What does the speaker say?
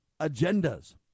agendas